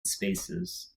spaces